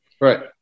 Right